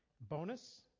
bonus